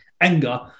anger